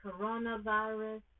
coronavirus